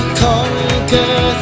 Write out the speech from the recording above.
conquer